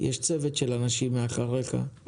יש צוות של אנשים אחריך שבודק.